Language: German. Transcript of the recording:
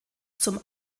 zum